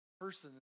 person